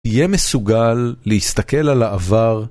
תהיה מסוגל להסתכל על העבר